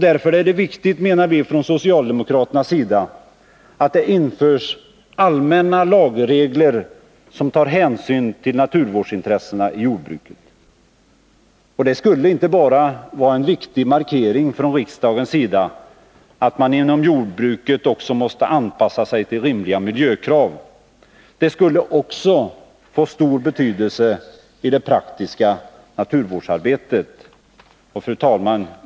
Därför är det viktigt, menar vi från socialdemokraternas sida, att det införs allmänna lagregler som tar hänsyn till naturvårdsintressena i jordbruket. Detta skulle inte bara vara en viktig markering från riksdagens sida av att man inom jordbruket också måste anpassa sig till rimliga miljökrav. Det skulle också få stor betydelse i det praktiska naturvårdsarbetet. Fru talman!